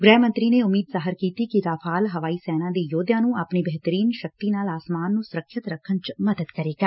ਗ੍ਰਹਿ ਮੰਤਰੀ ਨੇ ਉਮੀਦ ਜ਼ਾਹਿਰ ਕੀਤੀ ਕਿ ਰਾਫਾਲ ਹੇਵਾਈ ਸੈਨਾ ਦੇ ਯੋਧਿਆਂ ਨੂੰ ਆਪਣੀ ਬਿਹਤਰੀਨ ਸ਼ਕਤੀ ਨਾਲ ਆਸਮਾਨ ਨੂੰ ਸੁਰੱਖਿਅਤ ਰੱਖਣ ਚ ਮਦਦ ਕਰੇਗਾ